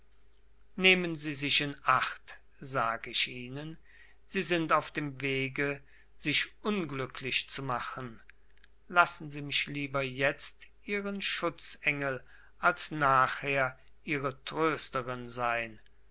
nehmen sie sich in acht sag ich ihnen sie sind auf dem wege sich unglücklich zu machen lassen sie mich lieber jetzt ihren schutzengel als nachher ihre trösterin sein